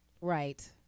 Right